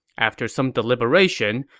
after some deliberation,